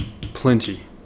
plenty